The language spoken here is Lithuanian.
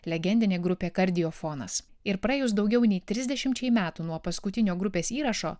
legendinė grupė kardiofonas ir praėjus daugiau nei trisdešimčiai metų nuo paskutinio grupės įrašo